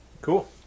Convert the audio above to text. Cool